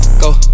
go